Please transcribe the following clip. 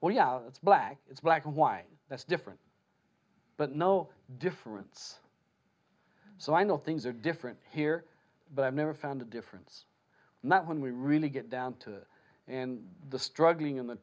oh yeah it's black it's black and white that's different but no difference so i know things are different here but i've never found a difference and that when we really get down to and the struggling in the